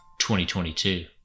2022